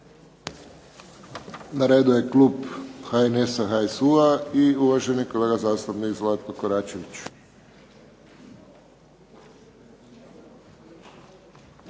Na redu je klub HNS-a, HSU-a i uvaženi kolega zastupnik Zlatko Koračević.